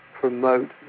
promote